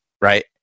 right